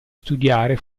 studiare